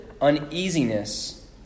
uneasiness